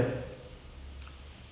he